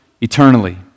eternally